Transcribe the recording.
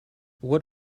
what